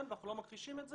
ואנחנו לא מכחישים את זה,